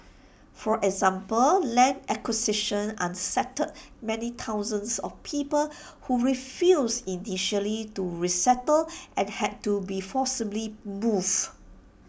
for example land acquisition unsettled many thousands of people who refused initially to resettle and had to be forcibly moved